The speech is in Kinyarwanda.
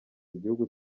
igihugu